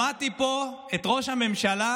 שמעתי פה את ראש הממשלה,